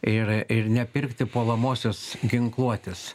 ir ir nepirkti puolamosios ginkluotės